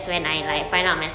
seh lah oh